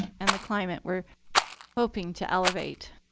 and the climate we're hoping to elevate.